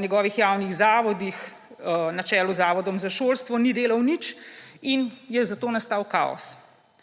njegovih javnih zavodih, na čelu z Zavodom za šolstvo, ni delal nič in je zato nastal kaos.